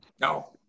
No